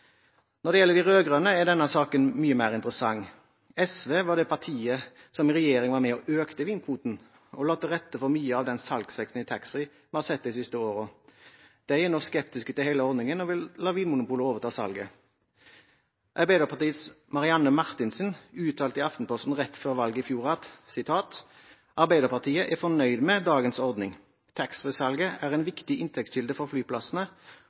Når det gjelder de rød-grønne, er denne saken mye mer interessant. SV var det partiet som i regjering var med og økte vinkvoten og la til rette for mye av den salgsveksten i taxfree vi har sett de siste årene. De er nå skeptiske til hele ordningen, og